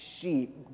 sheep